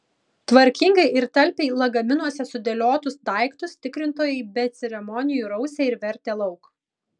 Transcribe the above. tvarkingai ir talpiai lagaminuose sudėliotus daiktus tikrintojai be ceremonijų rausė ir vertė lauk